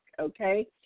okay